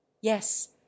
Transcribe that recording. Yes